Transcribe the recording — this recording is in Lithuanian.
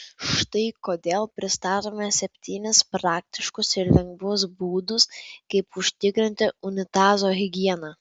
štai kodėl pristatome septynis praktiškus ir lengvus būdus kaip užtikrinti unitazo higieną